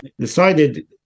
decided